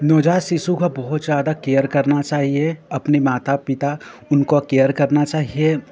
नवज़ात शिशु का बहुत ज़्यादा केयर करना चाहिए अपने माता पिता उनको केयर करना चाहिए